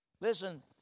Listen